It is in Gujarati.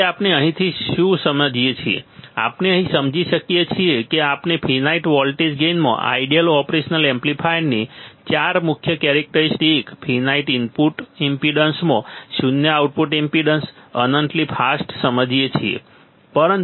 તેથી આપણે અહીંથી શું સમજીએ છીએ આપણે અહીં સમજીએ છીએ કે આપણે ફિનાઈટ વોલ્ટેજ ગેઇનમાં આઇડિયલ ઓપરેશન એમ્પ્લીફાયરની ચાર મુખ્ય કેરેક્ટરિસ્ટિક્સ ફિનાઈટ ઇનપુટ ઈમ્પેડન્સમાં શૂન્ય આઉટપુટ ઈમ્પેડન્સ અનંતલી ફાસ્ટ સમજીએ છીએ